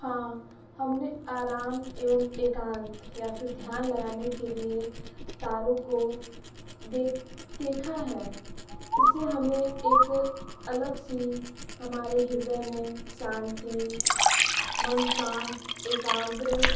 हाँ हमने आराम एवं एकांत या फिर ध्यान लगाने के लिए तारों को देख देखा है इससे हमें एक अलग सी हमारे हृदय मे शांति मन शांत एकाग्र